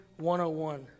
101